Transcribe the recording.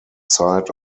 side